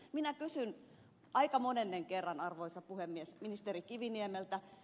minä kysyn aika monennen kerran arvoisa puhemies ministeri kiviniemeltä